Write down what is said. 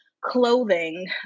clothing